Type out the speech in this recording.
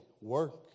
work